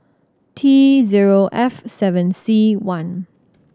T zero F seven C one